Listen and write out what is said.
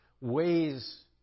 ways